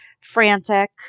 frantic